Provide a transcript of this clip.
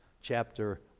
chapter